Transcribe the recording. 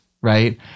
right